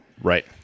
Right